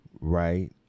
right